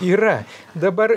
yra dabar